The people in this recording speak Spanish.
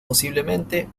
posiblemente